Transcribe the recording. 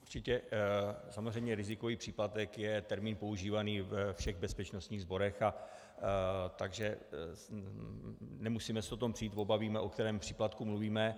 Určitě, samozřejmě rizikový příplatek je termín používaný ve všech bezpečnostních sborech, takže nemusíme se o tom přít, oba víme, o kterém příplatku mluvíme.